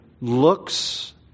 looks